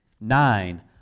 Nine